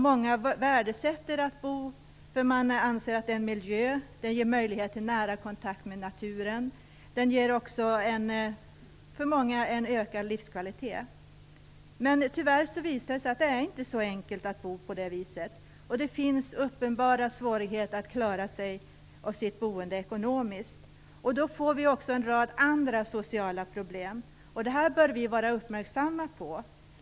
Många värdesätter att bo i en miljö som ger möjlighet till nära kontakt med naturen. För många ger en sådan miljö också ökad livskvalitet. Tyvärr visar det sig dock att det inte är så enkelt att bo på det viset. Det finns uppenbara svårigheter att klara boendet ekonomiskt. Då får vi också en rad andra sociala problem. Detta bör vi vara uppmärksamma på.